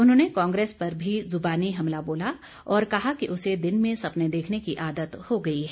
उन्होंने कांग्रेस पर भी जुबानी हमला बोला और कहा कि उसे दिन में सपने देखने की आदत हो गई है